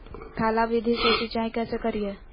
थाला विधि से सिंचाई कैसे करीये?